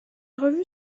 revue